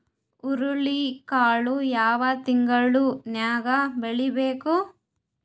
ಹುರುಳಿಕಾಳು ಯಾವ ತಿಂಗಳು ನ್ಯಾಗ್ ಬೆಳಿಬೇಕು?